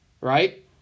right